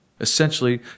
Essentially